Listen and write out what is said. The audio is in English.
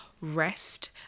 rest